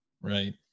Right